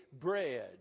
bread